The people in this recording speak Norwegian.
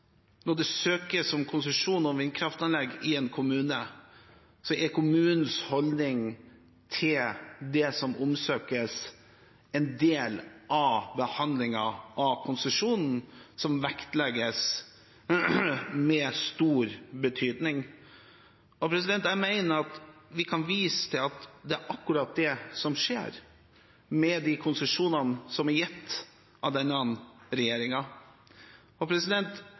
når det søkes om konsesjon til vindkraftanlegg i en kommune, er kommunens holdning til det det søkes om, en del av behandlingen av konsesjonen som vektlegges og har stor betydning. Jeg mener at vi kan vise til at det er akkurat det som skjer med de konsesjonene som er gitt av denne